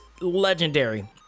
legendary